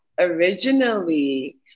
originally